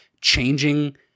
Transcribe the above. changing